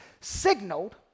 signaled